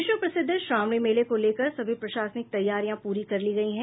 विश्व प्रसिद्ध श्रावणी मेले को लेकर सभी प्रशासनिक तैयारियां पूरी कर ली गयी है